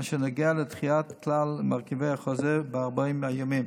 אשר נוגע לדחיית כלל מרכיבי החוזה ב-40 הימים.